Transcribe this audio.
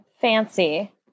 fancy